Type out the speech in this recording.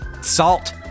Salt